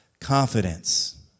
confidence